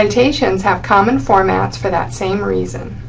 citations have common formats for that same reason.